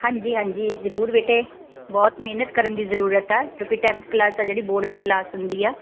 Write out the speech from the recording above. ਹਾਂਜੀ ਹਾਂਜੀ ਜ਼ਰੂਰ ਬੇਟੇ ਬਹੁਤ ਮਿਹਨਤ ਕਰਨ ਦੀ ਜ਼ਰੂਰਤ ਹੈ ਕਿਉਂਕਿ ਟੈਂਨਥ ਕਲਾਸ ਆ ਜਿਹੜੀ ਬੋਰਡ ਦੀ ਕਲਾਸ ਹੁੰਦੀ ਆ